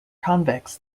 convex